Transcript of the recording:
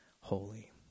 holy